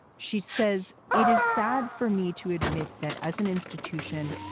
she says, it is sad for me to admit that as an institution,